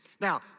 Now